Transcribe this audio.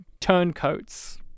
turncoats